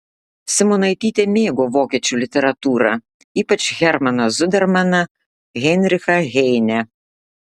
simonaitytė mėgo vokiečių literatūrą ypač hermaną zudermaną heinrichą heinę